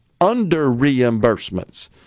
under-reimbursements